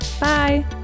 Bye